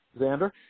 Xander